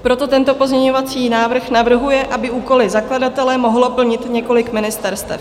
Proto tento pozměňovací návrh navrhuje, aby úkoly zakladatele mohlo plnit několik ministerstev.